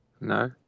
No